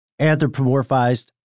anthropomorphized